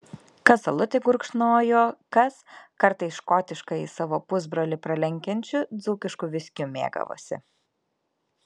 kas alutį gurkšnojo kas kartais škotiškąjį savo pusbrolį pralenkiančiu dzūkišku viskiu mėgavosi